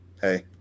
hey